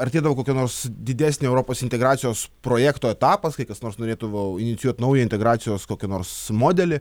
artėdavo kokio nors didesnio europos integracijos projekto etapas kai kas nors norėdavo inicijuot naują integracijos kokį nors modelį